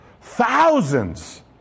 Thousands